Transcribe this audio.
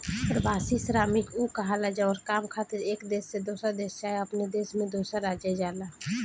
प्रवासी श्रमिक उ कहाला जवन काम खातिर एक देश से दोसर देश चाहे अपने देश में दोसर राज्य जाला